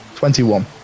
Twenty-one